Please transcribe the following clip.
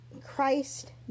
Christ